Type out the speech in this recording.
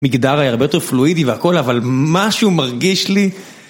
מגדר היה הרבה יותר פלואידי והכל, אבל משהו מרגיש לי...